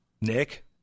Nick